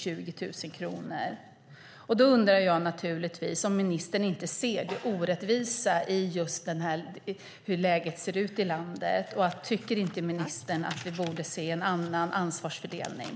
Jag undrar om ministern inte ser det orättvisa i hur läget ser ut i landet. Tycker inte ministern att vi borde se en annan ansvarsfördelning?